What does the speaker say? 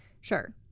sure